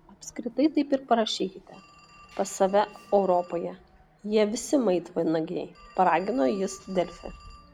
apskritai taip ir parašykite pas save europoje jie visi maitvanagiai paragino jis delfi